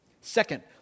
Second